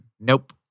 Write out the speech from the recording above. Nope